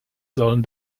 sollen